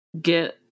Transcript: get